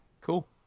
Cool